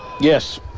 Yes